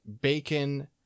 bacon